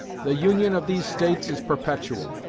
the union of these states is perpetual.